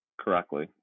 correctly